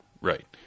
Right